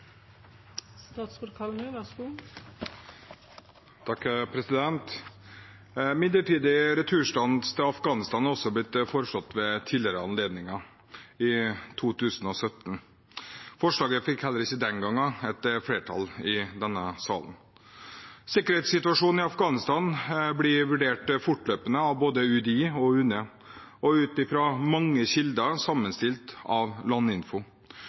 Midlertidig returstans til Afghanistan har også blitt foreslått ved tidligere anledninger, i 2017. Forslaget fikk heller ikke den gang flertall i denne salen. Sikkerhetssituasjonen i Afghanistan blir vurdert fortløpende av både UDI og UNE og ut fra mange kilder sammenstilt av